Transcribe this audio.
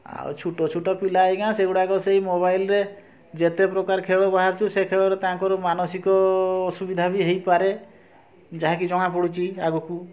ଆଉ ଛୋଟ ଛୋଟ ପିଲା ଆଜ୍ଞା ସେଗୁଡ଼ାକ ସେଇ ମୋବାଇଲ୍ରେ ଯେତେପ୍ରକାର ଖେଳ ବାହାରୁଛି ସେ ଖେଳରେ ତାଙ୍କର ମାନସିକ ଅସୁବିଧା ବି ହେଇପାରେ ଯାହାକି ଜଣାପଡ଼ୁଛି ଆଗକୁ